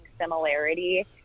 similarity